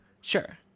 Sure